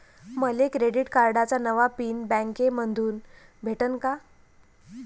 मले क्रेडिट कार्डाचा नवा पिन बँकेमंधून भेटन का?